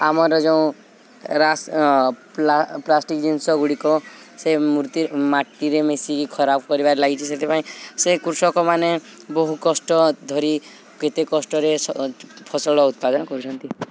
ଆମର ଯଉଁ ରାସ ପ୍ଲାଷ୍ଟିକ୍ ଜିନିଷଗୁଡ଼ିକ ସେ ମୂର୍ତ୍ତି ମାଟିରେ ମିଶିକି ଖରାପ କରିବାରେ ଲାଗିଚି ସେଥିପାଇଁ ସେ କୃଷକମାନେ ବହୁ କଷ୍ଟ ଧରି କେତେ କଷ୍ଟରେ ଫସଳ ଉତ୍ପାଦନ କରୁଛନ୍ତି